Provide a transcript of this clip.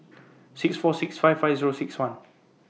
six four six five five Zero six one